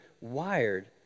wired